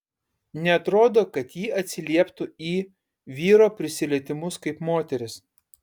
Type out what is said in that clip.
neatrodo kad ji atsilieptų į vyro prisilietimus kaip moteris